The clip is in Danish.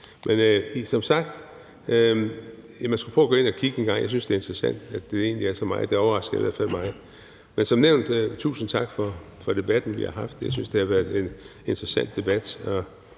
Men som sagt skulle man engang prøve at gå ind og kigge på det. Jeg synes, det er interessant, at der egentlig er så meget, og det overraskede mig i hvert fald. Men jeg vil som nævnt sige tusind tak for debatten, vi har haft. Jeg synes, det har været en interessant debat,